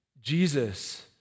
Jesus